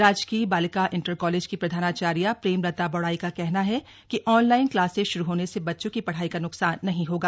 राजकीय बालिका inter college की प्रधानाचार्य प्रेमलता बौड़ाई का कहना है कि ऑनलाइन क्लासेस श्रू होने से बच्चों की पढ़ाई का न्कसान नहीं होगा